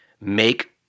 make